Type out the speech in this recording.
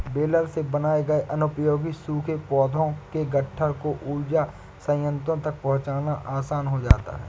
baler से बनाए गए अनुपयोगी सूखे पौधों के गट्ठर को ऊर्जा संयन्त्रों तक पहुँचाना आसान हो जाता है